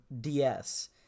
ds